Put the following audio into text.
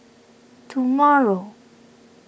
tomorrow